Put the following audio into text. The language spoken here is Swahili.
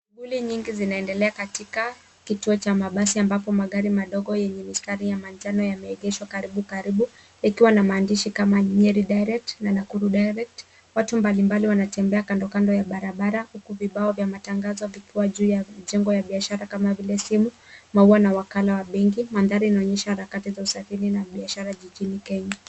Shughuli nyingi zinaendelea katika kituo cha mabasi ambapo magari madogo yenye mistari ya manjano yameegeshwa karibu karibu yakiwa na maandishi kama Nyeri Direct na Nakuru Direct. Watu mbalimbali wanatembea kando kando ya barabara huku vibao vya matangazo vikiwa juu ya jengo ya biashara kama vile simu, maua na wakala wa benki. Mandhari inaonyesha harakati za usafiri na biashara jijini Kenya.